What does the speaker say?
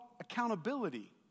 accountability